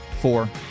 four